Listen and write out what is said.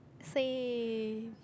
say